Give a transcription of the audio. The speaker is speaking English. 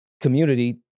community